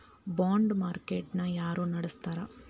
ಬಾಂಡ market ನ ಯಾರ ನಡಸ್ತಾರ?